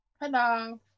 Hello